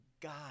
God